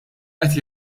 qed